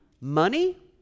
money